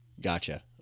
Gotcha